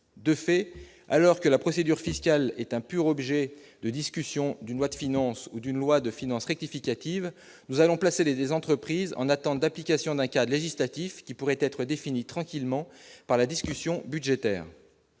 de fait, alors que la procédure fiscale est un pur objet de discussion d'une loi de finance ou d'une loi de finances rectificative nous allons placer les des entreprises en attente d'application d'un cas d'législatif qui pourrait être défini tranquillement par la discussion budgétaire